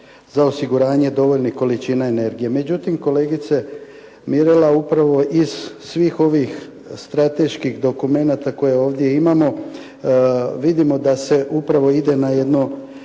za osiguranje dovoljnih količina energije. Međutim kolegice Mirela upravo iz svih ovih strateških dokumenata koje ovdje imamo vidimo da se upravo ide na jedno